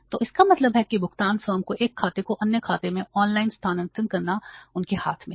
तो इसका मतलब है कि भुगतान फर्म को एक खाते को अन्य खाते में ऑनलाइन स्थानांतरित करना उनके हाथ में है